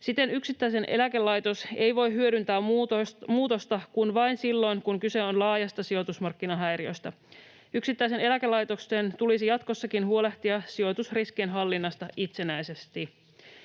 Siten yksittäinen eläkelaitos ei voi hyödyntää muutosta kuin vain silloin, kun on kyse laajasta sijoitusmarkkinahäiriöstä. Yksittäisen eläkelaitoksen tulisi jatkossakin huolehtia sijoitusriskien hallinnasta itsenäisesti.